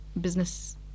business